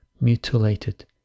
mutilated